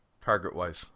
target-wise